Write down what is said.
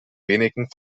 wenigen